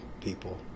people